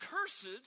Cursed